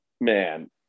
Man